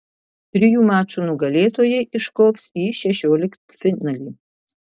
trijų mačų nugalėtojai iškops į šešioliktfinalį